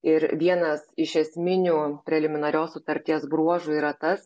ir vienas iš esminių preliminarios sutarties bruožų yra tas